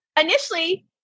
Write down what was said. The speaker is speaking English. initially